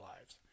lives